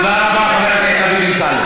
תודה רבה, חבר הכנסת דוד אמסלם.